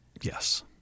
yes